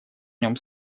нем